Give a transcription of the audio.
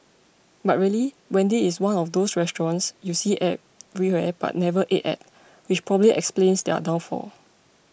but really Wendy's is one of those restaurants you see everywhere but never ate at which probably explains their downfall